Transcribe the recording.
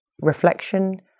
reflection